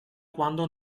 quando